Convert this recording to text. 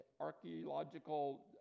Archaeological